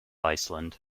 iceland